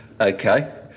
Okay